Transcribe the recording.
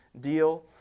deal